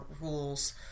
rules